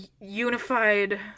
unified